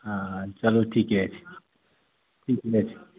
हँ हँ चलू ठीके छै किछु नहि छै